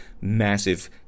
massive